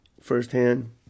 firsthand